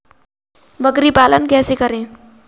बकरी पालन कैसे करें?